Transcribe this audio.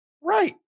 Right